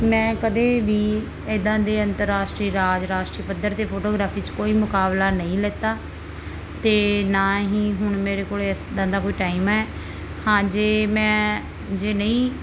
ਮੈਂ ਕਦੇ ਵੀ ਇੱਦਾਂ ਦੇ ਅੰਤਰਰਾਸ਼ਟਰੀ ਰਾਜ ਰਾਸ਼ਟਰੀ ਪੱਧਰ 'ਤੇ ਫੋਟੋਗ੍ਰਾਫੀ 'ਚ ਕੋਈ ਮੁਕਾਬਲਾ ਨਹੀਂ ਲਿਆ ਅਤੇ ਨਾ ਹੀ ਹੁਣ ਮੇਰੇ ਕੋਲ ਇਸ ਤਰ੍ਹਾਂ ਦਾ ਕੋਈ ਟਾਈਮ ਹੈ ਹਾਂ ਜੇ ਮੈਂ ਜੇ ਨਹੀਂ